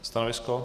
Stanovisko?